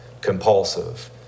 compulsive